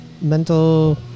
Mental